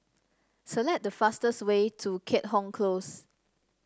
select the fastest way to Keat Hong Close